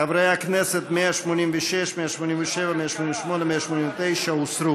חברי הכנסת, 186 189 הוסרו.